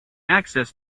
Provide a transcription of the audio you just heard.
access